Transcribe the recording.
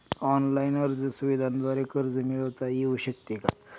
Online अर्ज सुविधांद्वारे कर्ज मिळविता येऊ शकते का?